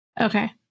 okay